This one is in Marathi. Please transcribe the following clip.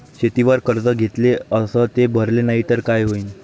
शेतीवर कर्ज घेतले अस ते भरले नाही तर काय होईन?